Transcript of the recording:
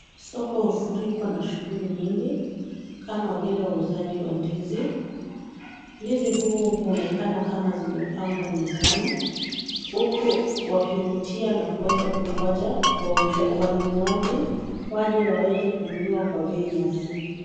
Soko hufurikwa na shughuli nyingi kama vile uuzaji wa ndizi. Ndizi huonekana kama zimepangwa mezani huku wakivutia na kuweza kugonja wanunuaji waje waweze kununua na bei nafuu.